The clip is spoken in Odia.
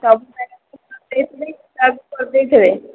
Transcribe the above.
ସବୁ କରି ଦେଇଥିବେ